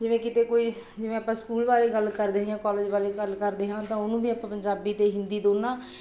ਜਿਵੇਂ ਕਿਤੇ ਕੋਈ ਜਿਵੇਂ ਆਪਾਂ ਸਕੂਲ ਬਾਰੇ ਗੱਲ ਕਰਦੇ ਹਾਂ ਕਾਲਜ ਵਾਲੇ ਗੱਲ ਕਰਦੇ ਹਾਂ ਤਾਂ ਉਹਨੂੰ ਵੀ ਆਪਾਂ ਪੰਜਾਬੀ ਦੇ ਹਿੰਦੀ ਦੋਨਾਂ